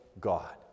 God